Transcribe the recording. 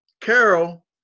Carol